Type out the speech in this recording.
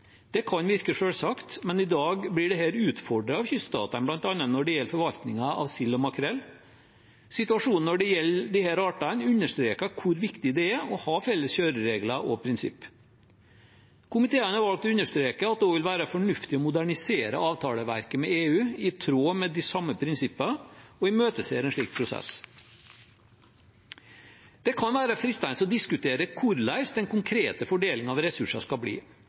Det kan virke selvsagt, men i dag blir dette utfordret av kyststatene, bl.a. når det gjelder forvaltningen av sild og makrell. Situasjonen når det gjelder disse artene, understreker hvor viktig det er å ha felles kjøreregler og prinsipper. Komiteen har valgt å understreke at det også vil være fornuftig å modernisere avtaleverket med EU i tråd med de samme prinsippene, og imøteser en slik prosess. Det kan være fristende å diskutere hvordan den konkrete fordelingen av ressurser skal bli.